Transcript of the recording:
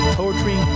poetry